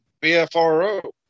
BFRO